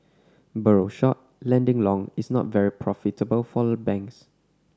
borrow short lending long is not very profitable for a banks